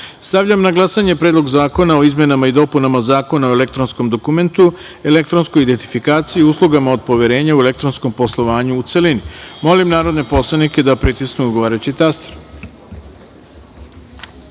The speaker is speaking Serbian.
celini. Stavljam na glasanje Predlog zakona o izmenama i dopunama Zakona o elektronskom dokumentu, elektronskoj identifikaciji i uslugama od poverenja u elektronskom poslovanju, u celini. Molim narodne poslanike da pritisnu odgovarajući